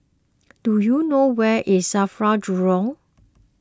do you know where is Safra Jurong